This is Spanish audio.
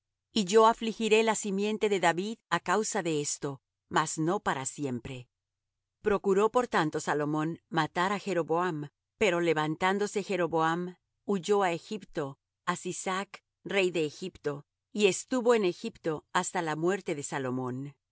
y yo afligiré la simiente de david á causa de esto mas no para siempre procuró por tanto salomón de matar á jeroboam pero levantándose jeroboam huyó á egipto á sisac rey de egipto y estuvo en egipto hasta la muerte de salomóm